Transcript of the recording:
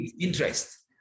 Interest